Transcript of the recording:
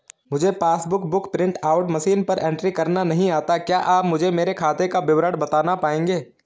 मुझे passbook book print out machine पर entry करना नहीं आता है क्या आप मुझे मेरे खाते का विवरण बताना पाएंगे?